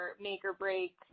make-or-break